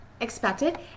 expected